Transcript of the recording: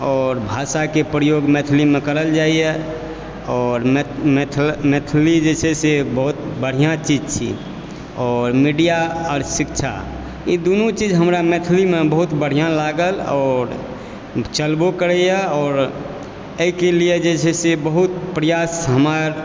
आओर भाषाकेँ प्रयोग मैथिलीमे करल जाइए आओर मैथिली जे छै से बहुत बढ़िआँ चीज छी आओर मीडिया आओर शिक्षा ई दुनू चीज हमरा मैथिलीमे बहुत बढ़िआँ लागल आओर चलबो करयए आओर एहीके लिए जे छै से बहुत प्रयास हमर